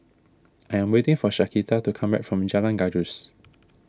I am waiting for Shaquita to come back from Jalan Gajus